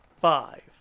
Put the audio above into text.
five